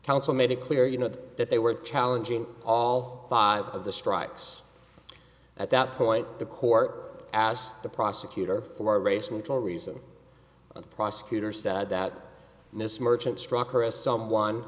counsel made it clear you know that they were challenging all five of the strikes at that point the cork asked the prosecutor for a race neutral reason the prosecutor said that this merchant struck her as someone